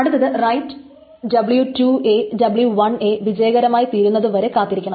അടുത്തത് write w2 w1 വിജയകരമായി തീരുന്നതു വരെ കാത്തിരിക്കണം